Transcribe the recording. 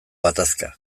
gatazka